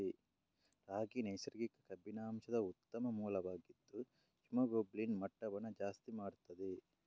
ರಾಗಿ ನೈಸರ್ಗಿಕ ಕಬ್ಬಿಣಾಂಶದ ಉತ್ತಮ ಮೂಲವಾಗಿದ್ದು ಹಿಮೋಗ್ಲೋಬಿನ್ ಮಟ್ಟವನ್ನ ಜಾಸ್ತಿ ಮಾಡ್ತದೆ